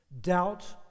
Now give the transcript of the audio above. Doubt